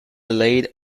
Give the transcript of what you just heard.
laid